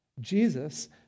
Jesus